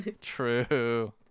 true